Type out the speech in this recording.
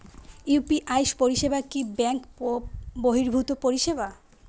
UPI পরিসেবা কি bank বর্হিভুত পরিসেবা?